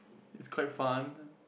is quite fun